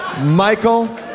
Michael